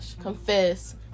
confess